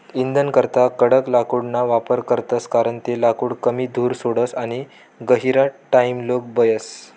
इंधनकरता कडक लाकूडना वापर करतस कारण ते लाकूड कमी धूर सोडस आणि गहिरा टाइमलोग बयस